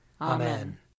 Amen